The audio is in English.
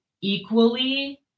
equally